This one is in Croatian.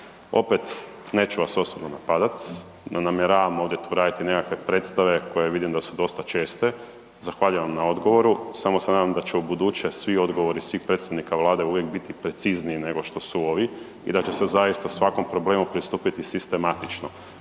Opet, neću vas osobno napadat, ne namjeravam tu raditi nekakve predstave koje vidim da su dosta česte, zahvaljujem vam na odgovoru, samo se nadam da će ubuduće svi odgovori, svih predstavnika Vlade uvijek biti precizniji nego što su ovi i da će se zaista svakom problemu pristupiti sistematično.